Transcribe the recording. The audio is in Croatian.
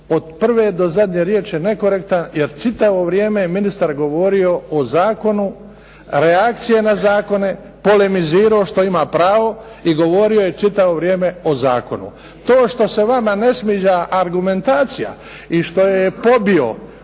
od prve do zadnje riječi nekorektan jer čitavo vrijeme je ministar govorio o zakonu, reakcije na zakone, polemizirao što ima pravo i govorio je čitavo vrijeme o zakonu. To što se vama ne sviđa argumentacija i što je pobio